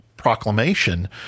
proclamation